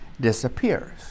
disappears